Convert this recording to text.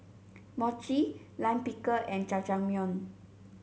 Mochi Lime Pickle and Jajangmyeon